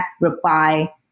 reply